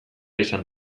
izan